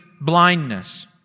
blindness